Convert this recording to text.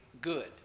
good